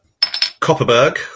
Copperberg